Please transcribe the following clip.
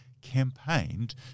campaigned